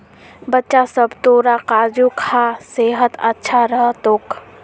बच्चा सब, तोरा काजू खा सेहत अच्छा रह तोक